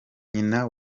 nyina